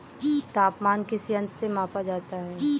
तापमान किस यंत्र से मापा जाता है?